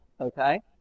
okay